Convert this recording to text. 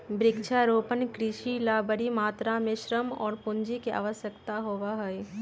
वृक्षारोपण कृषि ला बड़ी मात्रा में श्रम और पूंजी के आवश्यकता होबा हई